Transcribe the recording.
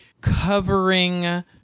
covering